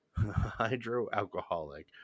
hydro-alcoholic